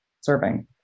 serving